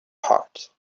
heart